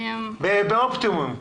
באופטימום.